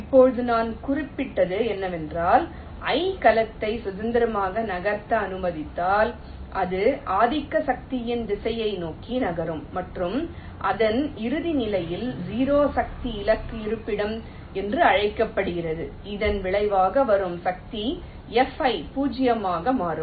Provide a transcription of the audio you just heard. இப்போது நான் குறிப்பிட்டது என்னவென்றால் i கலத்தை சுதந்திரமாக நகர்த்த அனுமதித்தால் அது ஆதிக்க சக்தியின் திசையை நோக்கி நகரும் மற்றும் அதன் இறுதி நிலையில் 0 சக்தி இலக்கு இருப்பிடம் என்று அழைக்கப்படுகிறது இதன் விளைவாக வரும் சக்தி Fi பூஜ்ஜியமாக மாறும்